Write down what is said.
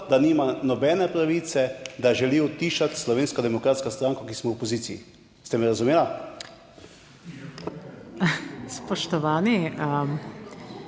da nima nobene pravice, da želi utišati Slovensko demokratsko stranko, ki smo v opoziciji. Ste me razumela!